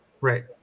Right